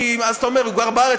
כי אז אתה אומר: הוא גר בארץ,